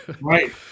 Right